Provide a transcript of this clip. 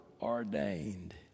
ordained